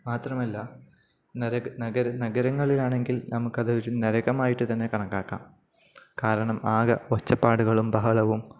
മാത്രമല്ല നഗരങ്ങളിലാണെങ്കിൽ നമുക്കതൊരു നരകമായിട്ടു തന്നെ കണക്കാക്കാം കാരണം ആകെ ഒച്ചപ്പാടുകളും ബഹളവും